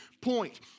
point